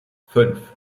fünf